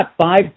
five